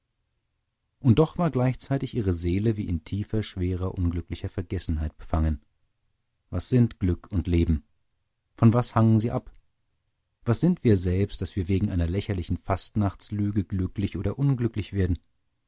und doch war gleichzeitig ihre seele wie in tiefer schwerer unglücklicher vergessenheit befangen was sind glück und leben von was hängen sie ab was sind wir selbst daß wir wegen einer lächerlichen fastnachtslüge glücklich oder unglücklich werden